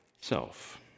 self